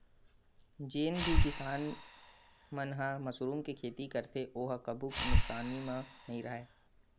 जेन भी किसान मन ह मसरूम के खेती करथे ओ ह कभू नुकसानी म नइ राहय